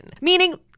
Meaning